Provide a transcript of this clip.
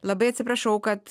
labai atsiprašau kad